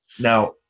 now